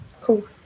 cool